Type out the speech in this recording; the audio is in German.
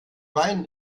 wein